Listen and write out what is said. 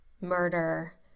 murder